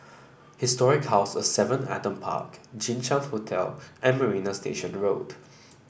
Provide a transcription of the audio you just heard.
Historic House of Seven Adam Park Jinshan Hotel and Marina Station Road